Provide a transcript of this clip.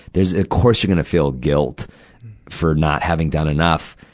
there's, of course you're gonna feel guilt for not having done enough.